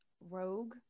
rogue